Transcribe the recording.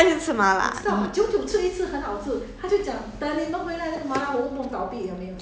不要吃麻辣 lah 麻辣哪里好吃我最讨厌就是吃麻辣 !ee!